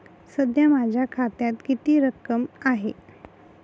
सध्या माझ्या खात्यात किती रक्कम आहे?